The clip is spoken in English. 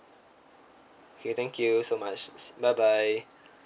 okay thank you so much bye bye